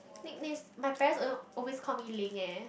nicknames my parents al~ always call me Ling eh